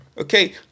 okay